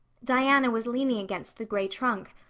diana was leaning against the gray trunk,